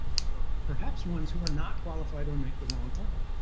so perhaps ones who are not qualified or make the wrong call.